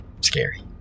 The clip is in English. Scary